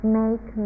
make